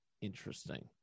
interesting